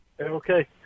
Okay